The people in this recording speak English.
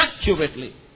accurately